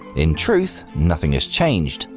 in truth, nothing has changed,